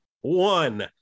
One